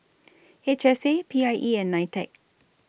H S A P I E and NITEC